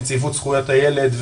נציבות זכויות הילד,